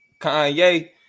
kanye